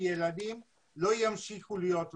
הילדים לא ימשיכו להיות,